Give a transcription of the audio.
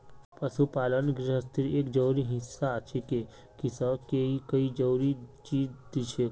पशुपालन गिरहस्तीर एक जरूरी हिस्सा छिके किसअ के ई कई जरूरी चीज दिछेक